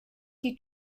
die